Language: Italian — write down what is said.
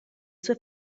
sue